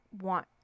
want